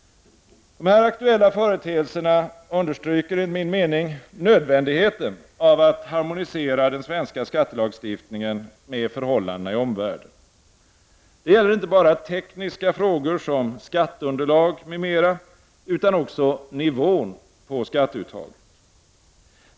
Dessa aktuella företeelser understryker, enligt min mening, nödvändigheten av att den svenska skattelagstiftningen harmoniseras med förhållandena i omvärlden. Detta gäller inte bara tekniska frågor som skatteunderlag m.m. utan även nivån på skatteuttaget.